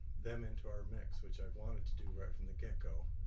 them into our mix, which i've wanted to do right from the get-go.